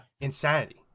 insanity